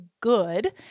good